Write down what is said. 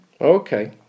Okay